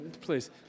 Please